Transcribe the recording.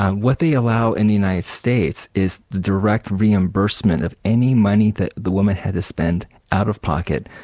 what they allow in the united states is the direct reimbursement of any money that the woman had to spend, out of pocket,